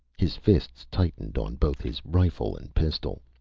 his fists tightened on both his rifle and pistol.